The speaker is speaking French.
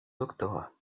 doctorat